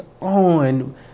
on